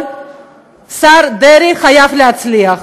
השר דרעי חייב להצליח,